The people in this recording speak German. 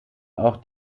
auch